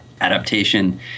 adaptation